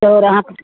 sir